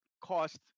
cost